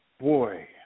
boy